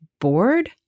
bored